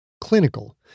clinical